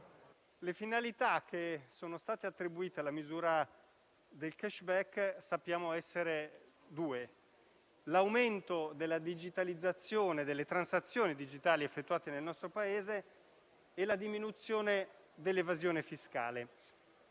le finalità attribuite alla misura del *cashback* sono due: l'aumento della digitalizzazione delle transazioni effettuate nel nostro Paese e la diminuzione dell'evasione fiscale.